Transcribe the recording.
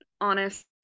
honest